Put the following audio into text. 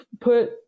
put